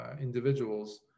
individuals